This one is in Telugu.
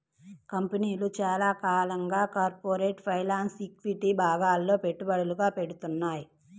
కంపెనీలు చాలా కాలంగా కార్పొరేట్ ఫైనాన్స్, ఈక్విటీ విభాగాల్లో పెట్టుబడులు పెడ్తున్నాయి